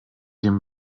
den